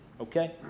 Okay